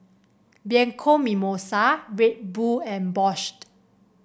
Bianco Mimosa Red Bull and Bosch